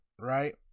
right